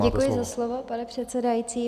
Děkuji za slovo, pane předsedající.